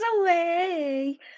away